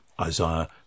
Isaiah